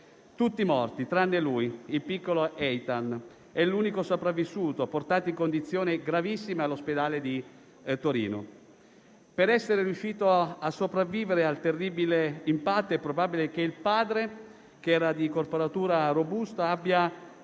Tutti morti, tranne lui, il piccolo Eitan, l'unico sopravvissuto, portato in condizioni gravissime all'ospedale di Torino. Per essere riuscito a sopravvivere al terribile impatto è probabile che il padre, che era di corporatura robusta, abbia